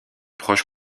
proche